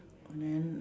and then